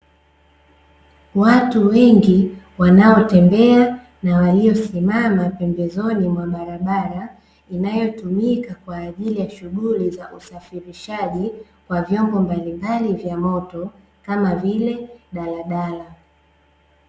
Watu wengi wanaotembea na waliosimama pembezoni mwa barabara inayotumika kwa ajili ya shughuli za usafirishaji wa vyombo mbalimbali vya moto kama vile, daladala